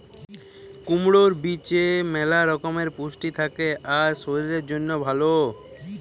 কুমড়োর বীজে ম্যালা রকমের পুষ্টি থাকে আর শরীরের জন্যে ভালো